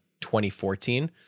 2014